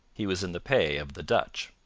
he was in the pay of the dutch.